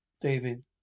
David